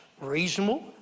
reasonable